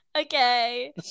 Okay